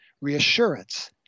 reassurance